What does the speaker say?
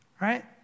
right